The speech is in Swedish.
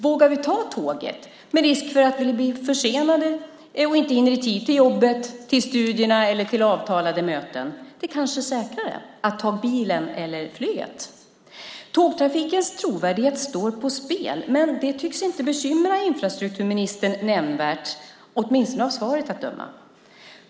Vågar vi ta tåget med risk för att bli försenade och inte hinna i tid till jobbet, till studierna eller till avtalade möten? Det kanske är säkrare att ta bilen eller flyget. Tågtrafikens trovärdighet står på spel, men det tycks inte bekymra infrastrukturministern nämnvärt, åtminstone av svaret att döma.